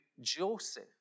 Joseph